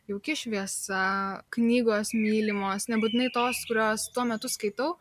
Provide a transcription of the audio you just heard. jauki šviesa knygos mylimos nebūtinai tos kurios tuo metu skaitau